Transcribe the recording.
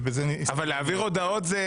ובזה הסתיים --- אבל להעביר הודעות זה